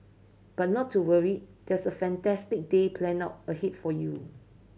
but not to worry there's a fantastic day planned out ahead for you